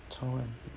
tall and thin